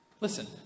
Listen